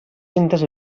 cintes